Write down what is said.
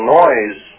noise